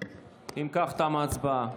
אם כך, תמה ההצבעה.